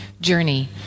journey